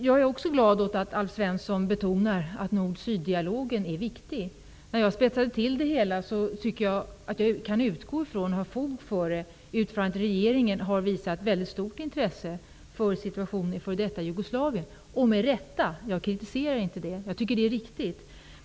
Jag är också glad att Alf Svensson betonar att nord--syd-dialogen är viktig. Jag spetsade till det hela och tycker att jag har fog för att påstå att regeringen har visat väldigt stort intresse för situationen i f.d. Jugoslavien; det har man gjort med rätta. Jag kritiserar inte det. Jag tycker att det är riktigt.